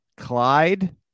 Clyde